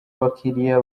bakiriya